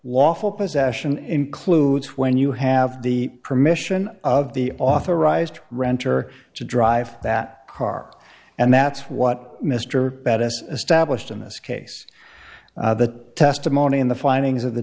lawful possession includes when you have the permission of the authorised renter to drive that car and that's what mr bettis established in this case the testimony in the findings of the